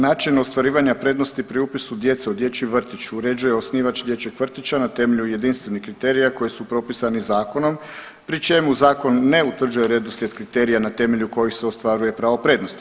Način ostvarivanja prednosti pri upisu djece u dječji vrtić uređuje osnivač dječjeg vrtića na temelju jedinstvenih kriterija koji su propisani zakonom, pri čemu zakon ne utvrđuje redoslijed kriterija na temelju kojih se ostvaruje pravo prednosti.